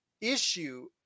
issue